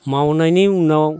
मावनायनि उनाव